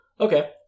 Okay